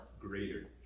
greater